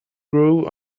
grew